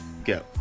Go